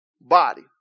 Body